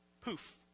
poof